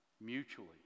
mutually